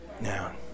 Now